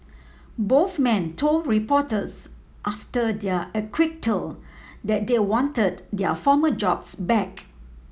both men told reporters after their acquittal that they wanted their former jobs back